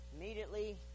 immediately